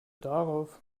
darauf